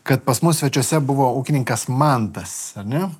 kad pas mus svečiuose buvo ūkininkas mantas ar ne